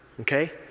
okay